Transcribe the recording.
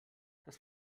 das